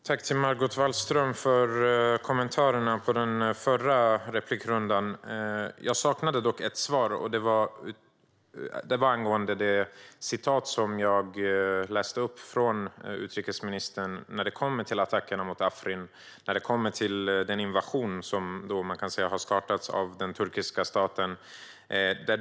Jag tackar Margot Wallström för kommentarerna i hennes förra inlägg. Jag saknade dock svar angående det citat från utrikesministern som jag läste upp gällande attackerna mot Afrin och den invasion som man kan säga har startats av den turkiska staten.